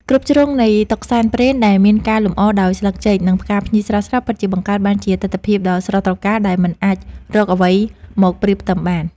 គ្រប់ជ្រុងនៃតុសែនព្រេនដែលមានការលម្អដោយស្លឹកចេក និងផ្កាភ្ញីស្រស់ៗពិតជាបង្កើតបានជាទិដ្ឋភាពដ៏ស្រស់ត្រកាលដែលមិនអាចរកអ្វីមកប្រៀបផ្ទឹមបាន។